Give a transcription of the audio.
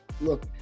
look